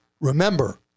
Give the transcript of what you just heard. remember